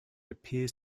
appears